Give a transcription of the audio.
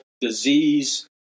disease